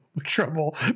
trouble